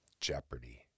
Jeopardy